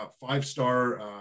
five-star